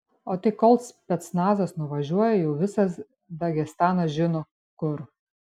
o tai kol specnazas nuvažiuoja jau visas dagestanas žino kur